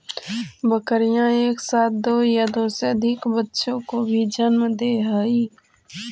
बकरियाँ एक साथ दो या दो से अधिक बच्चों को भी जन्म दे हई